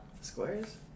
Squares